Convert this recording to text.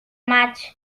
maig